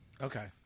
Okay